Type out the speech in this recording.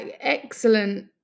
excellent